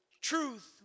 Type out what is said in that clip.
truth